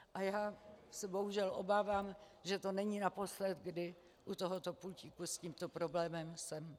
A já se bohužel obávám, že to není naposled, kdy u tohoto pultíku s tímto problémem jsem.